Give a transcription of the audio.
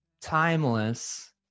timeless